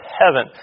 heaven